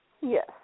Yes